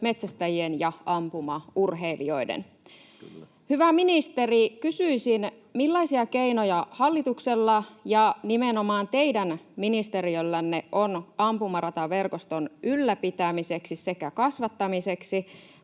metsästäjien ja ampumaurheilijoiden vuoksi. Hyvä ministeri, kysyisin: millaisia keinoja hallituksella ja nimenomaan teidän ministeriöllänne on ampumarataverkoston ylläpitämiseksi sekä kasvattamiseksi?